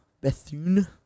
Bethune